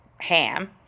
ham